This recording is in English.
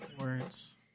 Words